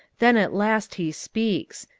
then at last he speaks.